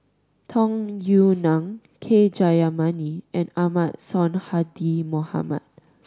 Tung Yue Nang K Jayamani and Ahmad Sonhadji Mohamad